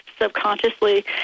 subconsciously